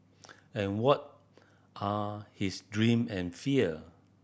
and what are his dream and fear